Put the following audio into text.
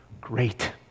great